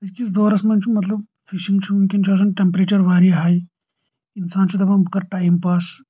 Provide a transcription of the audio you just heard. أزکِس دورس منٛز چھُ مطلب فِشنگ چھِ ونکیٚن آسان ٹریٚمپریچر واریاہ ہاے انسان چھُ دپان بہٕ کر ٹایم پاس